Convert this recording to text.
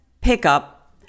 pickup